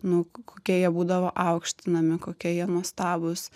nu kokie jie būdavo aukštinami kokie jie nuostabūs